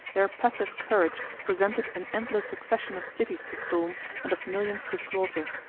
their passive courage presented and endless succession of cities to storm and of millions to slaughter.